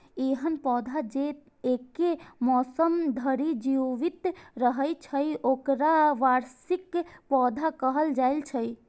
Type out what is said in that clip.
एहन पौधा जे एके मौसम धरि जीवित रहै छै, ओकरा वार्षिक पौधा कहल जाइ छै